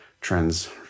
trends